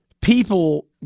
people